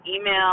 Email